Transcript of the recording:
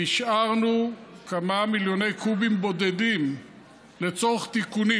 השארנו כמה מיליוני קוב בודדים לצורך תיקונים,